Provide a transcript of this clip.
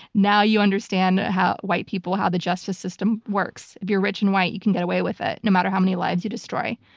now you understand white people how the justice system works. if you're rich and white you can get away with it no matter how many lives you destroy.